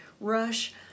rush